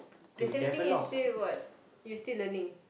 the same thing is still got you still learning